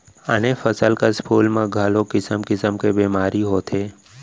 आने फसल कस फूल मन म घलौ किसम किसम के बेमारी होथे